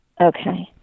Okay